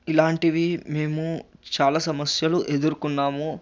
ఇలాంటివి మేము చాలా సమస్యలు ఎదురుకొన్నాము